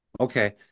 Okay